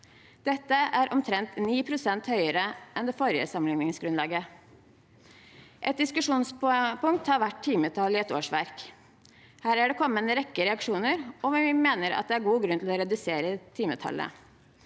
Dette er omtrent 9 pst. høyere enn det forrige sammenligningsgrunnlaget. Et diskusjonspunkt har vært timetallet i et årsverk. Her har det kommet en rekke reaksjoner, og vi mener at det er god grunn til å redusere timetallet.